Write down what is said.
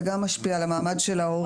זה גם משפיע על המעמד של ההורים,